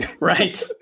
right